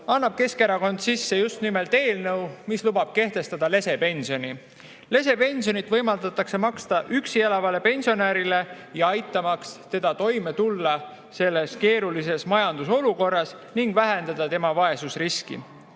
annab Keskerakond sisse just nimelt eelnõu, mis lubab kehtestada lesepensioni. Lesepensionit võimaldatakse maksta üksi elavale pensionärile, et aidata tal toime tulla selles keerulises majandusolukorras ning vähendada tema vaesusriski.